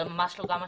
זה לא מה שאמרתי.